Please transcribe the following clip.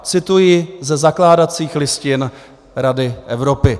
Cituji ze zakládacích listin Rady Evropy.